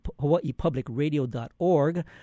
hawaiipublicradio.org